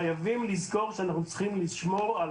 חייבים לזכור שאנחנו צריכים לשמור על